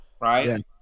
right